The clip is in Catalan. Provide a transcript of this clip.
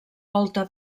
volta